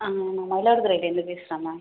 ஆமாம்மா மயிலாடுதுறையிலேருந்து பேசுகிறேம்மா